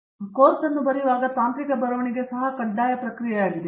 ನಾನು ಕೋರ್ಸ್ ಅನ್ನು ಬರೆಯುವಾಗ ತಾಂತ್ರಿಕ ಬರವಣಿಗೆ ಸಹ ಕಡ್ಡಾಯ ಪ್ರಕ್ರಿಯೆಯಾಗಿದೆ